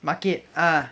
market ah